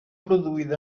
produïda